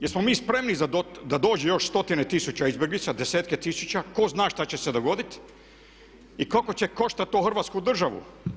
Jesmo mi spremni da dođe još stotine tisuća izbjeglica, desetke tisuća, tko zna što će se dogoditi i koliko će koštat to Hrvatsku državu.